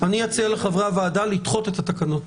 אני אציע לחברי הוועדה לדחות את התקנות.